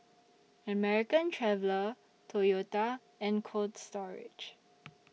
American Traveller Toyota and Cold Storage